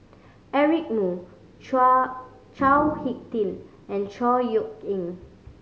Eric Moo Chao Hick Tin and Chor Yeok Eng